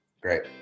Great